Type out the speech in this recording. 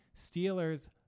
Steelers